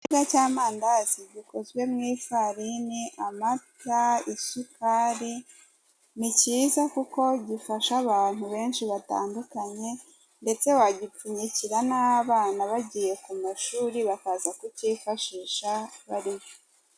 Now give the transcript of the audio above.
...ribwa cy'amandazi gikozwe mu ifarini, amata, isukari, ni cyiza kuko gifasha abantu benshi batandukanye ndetse bagipfunyikira n'abana bagiye ku mashuri, bakaza kutiyifashisha barimo.